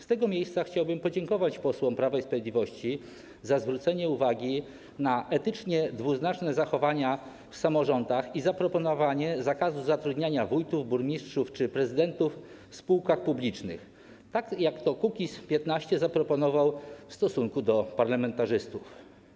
Z tego miejsca chciałbym podziękować posłom Prawa i Sprawiedliwości za zwrócenie uwagi na etycznie dwuznaczne zachowania w samorządach i zaproponowanie zakazu zatrudniania wójtów, burmistrzów czy prezydentów w spółkach publicznych, tak jak Kukiz’15 zaproponował w stosunku do parlamentarzystów.